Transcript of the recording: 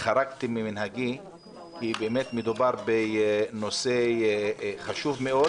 מי בעד העברת הנושא לדיון בוועדת הפנים?